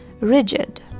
rigid